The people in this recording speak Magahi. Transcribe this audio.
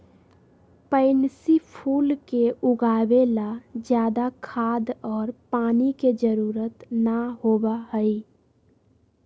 पैन्सी फूल के उगावे ला ज्यादा खाद और पानी के जरूरत ना होबा हई